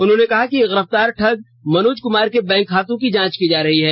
उन्होंने कहा कि गिरफ्तार ठग मनोज क्मार के बैंक खातों की जांच की जा रही है